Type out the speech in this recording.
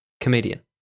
comedian